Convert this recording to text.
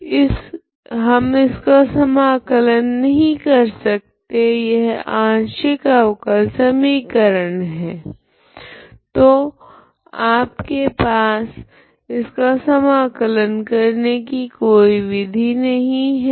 तो हम इसका समाकलन नहीं कर सकते यह आंशिक अवकल समीकरण है तो आपके पास इसका समाकलन करने की कोई विधि नहीं है